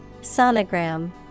Sonogram